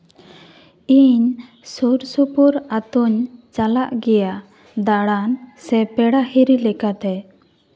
ᱤᱧ ᱥᱩᱨᱼᱥᱩᱯᱩᱨ ᱟᱛᱳᱧ ᱪᱟᱞᱟᱜ ᱜᱮᱭᱟ ᱫᱟᱬᱟᱱ ᱥᱮ ᱯᱮᱲᱟ ᱦᱤᱨᱤ ᱞᱮᱠᱟᱛᱮ